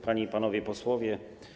Panie i Panowie Posłowie!